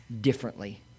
differently